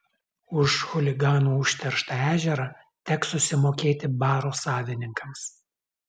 už chuliganų užterštą ežerą teks susimokėti baro savininkams